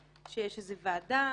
שיש איזה ועדה,